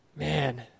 Man